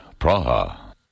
Praha